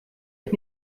ich